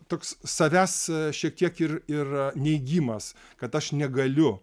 toks savęs šiek tiek ir ir neigimas kad aš negaliu